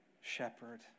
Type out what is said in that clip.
shepherd